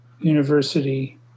University